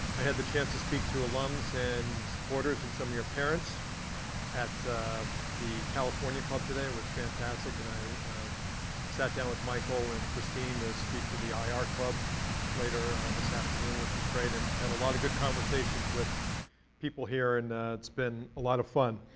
i had the chance to speak to alums and supporters and some of your parents at the california club today, it was fantastic and i sat down with michael and christine to speak to the ir ah club later this afternoon, which was great and had a lot of good conversations with people here and it's been a lot of fun.